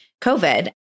COVID